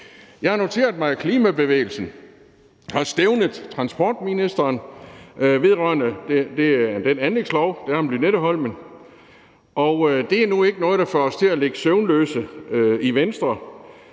Jeg har noteret mig, at klimabevægelsen har stævnet transportministeren vedrørende den anlægslov, der er om Lynetteholmen, og det er nu ikke noget, der får os til at ligge søvnløse i Venstre.